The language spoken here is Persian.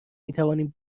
میتوانیم